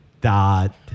dot